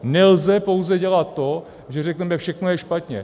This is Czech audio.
Nelze pouze dělat to, že řeknete: všechno je špatně.